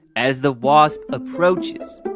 as the wasp approaches.